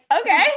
okay